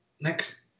next